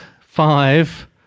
Five